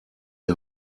die